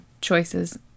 choices